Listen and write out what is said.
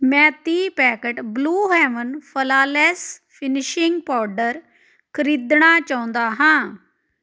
ਮੈਂ ਤੀਹ packet Blue Heaven flawless finishing powder ਖਰੀਦਣਾ ਚਾਹੁੰਦਾ ਹਾਂ